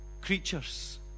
creatures